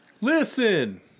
listen